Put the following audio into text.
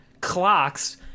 clocks